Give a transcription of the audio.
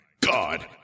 God